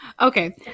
okay